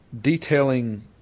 detailing